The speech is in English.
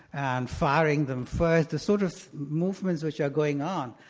and firing them first, the sort of movements which are going on,